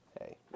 Hey